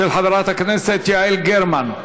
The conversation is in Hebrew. של חברת הכנסת יעל גרמן.